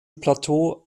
plateau